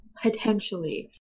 potentially